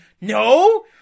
no